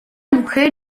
mujer